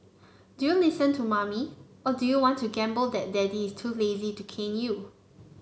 do you listen to mummy or do you want to gamble that daddy is too lazy to cane you